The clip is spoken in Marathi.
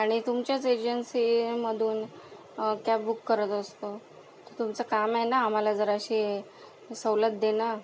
आणि तुमच्याच एजन्सीमधून कॅब बुक करत असतो तर तुमचं काम आहे ना आम्हाला जराशी सवलत देणं